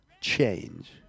change